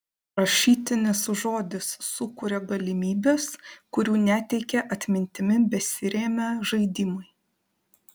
rašytinis žodis sukuria galimybes kurių neteikė atmintimi besiremią žaidimai